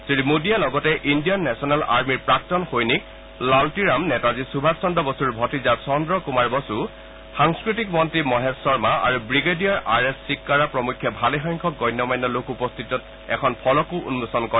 শ্ৰী মোদীয়ে লগতে Indian National আৰ্মীৰ প্ৰাক্তন সৈনিক লালটিৰাম নেতাজী সুভাষ চন্দ্ৰ বসুৰ ভতিজা চন্দ্ৰ কুমাৰ বসু সাংস্থতিক মন্ত্ৰী মহেশ শৰ্মা আৰু ৱিগেডিয়াৰ আৰ এছ সিক্বাৰা প্ৰমুখ্যে ভালেমান গণ্যমান্য লোক উপস্থিতিত এখন ফলকো উন্মোচন কৰে